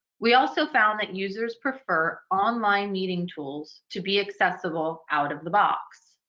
we also found that users prefer online meeting tools to be accessible out of the box.